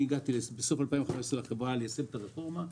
כשאני הגעתי בסוף 2015 לחברה כדי ליישם את הרפורמה.